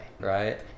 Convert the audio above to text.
right